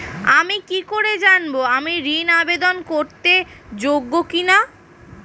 আমি কি করে জানব আমি ঋন আবেদন করতে যোগ্য কি না?